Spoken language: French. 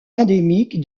endémique